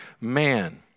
Man